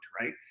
right